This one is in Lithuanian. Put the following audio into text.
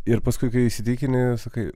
ir paskui kai įsitikini sakai